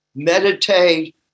Meditate